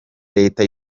leta